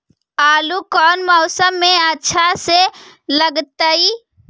आलू कौन मौसम में अच्छा से लगतैई?